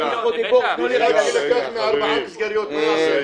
הוא מנותק --- ארבע מסגריות.